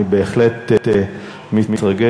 אני בהחלט מתרגש,